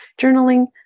journaling